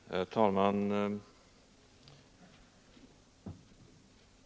Herr talman!